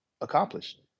accomplished